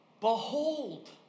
Behold